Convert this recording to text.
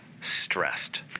stressed